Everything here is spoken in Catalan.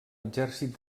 exèrcit